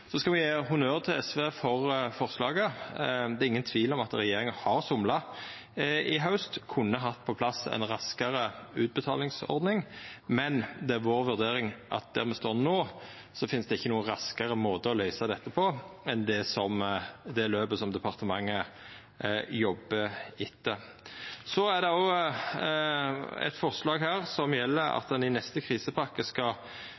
skal me gje honnør til SV for det. Det er ingen tvil om at regjeringa har somla i haust og kunne hatt på plass ei raskare utbetalingsordning, men det er vår vurdering at der me står no, finst det ikkje nokon raskare måte å løysa dette på enn det løpet som departementet jobbar etter. Det er òg eit forslag som gjeld at ein i neste krisepakke skal